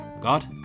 God